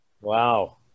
wow